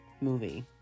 movie